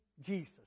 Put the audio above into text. Jesus